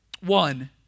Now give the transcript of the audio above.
One